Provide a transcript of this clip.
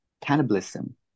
cannibalism